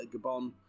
Gabon